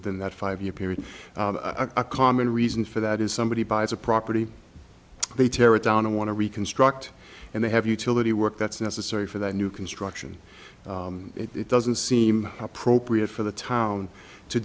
within that five year period a common reason for that is somebody buys a property they tear it down and want to reconstruct and they have utility work that's necessary for the new construction it doesn't seem appropriate for the town to